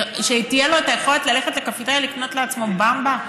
שתהיה לו היכולת ללכת לקפטריה לקנות לעצמו במבה,